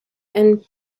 and